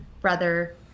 brother